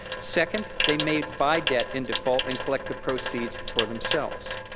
second, they may buy debt in default and collect the proceeds for themselves.